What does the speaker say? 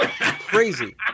crazy